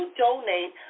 donate